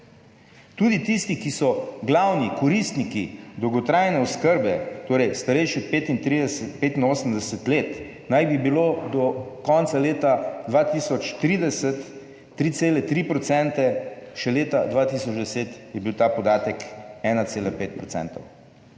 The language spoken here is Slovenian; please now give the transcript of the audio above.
Tudi tisti, ki so glavni koristniki dolgotrajne oskrbe, torej starejši od 35, 85 let, naj bi bilo do konca leta 2030 3,3 procente, še leta 2010 je bil ta podatek 1,5